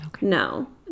No